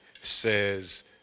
says